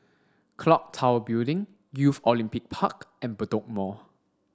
Clock Tower Building Youth Olympic Park and Bedok Mall